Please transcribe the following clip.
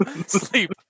Sleep